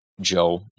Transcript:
Joe